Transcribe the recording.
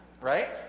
Right